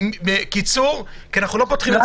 משפט כדי להרגיע את